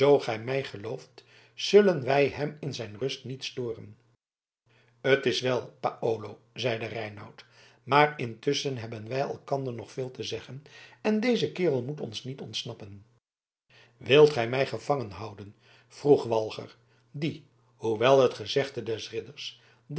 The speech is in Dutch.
gij mij gelooft zullen wij hem in zijn rust niet storen het is wel paolo zeide reinout maar intusschen hebben wij elkander nog veel te zeggen en deze kerel moet ons niet ontsnappen wilt gij mij gevangenhouden vroeg walger die hoewel het gezegde des